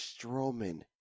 Strowman